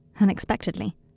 unexpectedly